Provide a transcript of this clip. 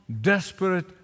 desperate